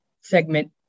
segment